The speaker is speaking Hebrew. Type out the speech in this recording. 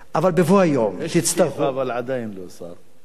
אבל בבוא היום, אבל עדיין לא שר.